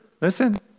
listen